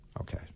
Okay